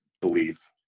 belief